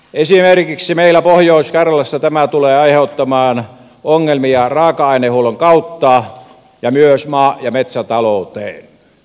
esimerkiksi meillä pohjois karjalassa tämä tulee aiheuttamaan ongelmia raaka ainehuollon kautta ja myös maa ja metsätalouteen